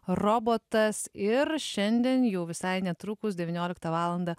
robotas ir šiandien jau visai netrukus devynioliktą valandą